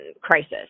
crisis